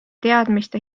teadmiste